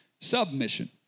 submission